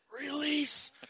release